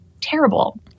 terrible